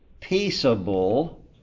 peaceable